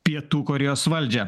pietų korėjos valdžią